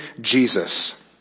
Jesus